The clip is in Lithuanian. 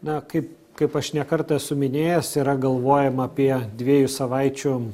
na kaip kaip aš ne kartą esu minėjęs yra galvojama apie dviejų savaičių